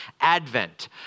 Advent